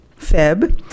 Feb